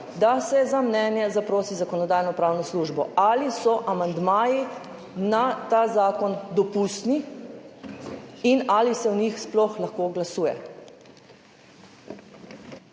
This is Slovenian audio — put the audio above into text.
da se za mnenje zaprosi Zakonodajno-pravno službo, ali so amandmaji na ta zakon dopustni in ali se o njih sploh lahko glasuje.